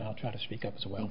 i'll try to speak up as well